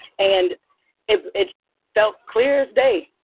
and it it felt clear as day.